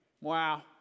Wow